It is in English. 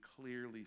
clearly